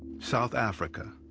south africa,